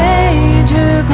Major